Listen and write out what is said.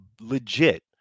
legit